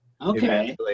Okay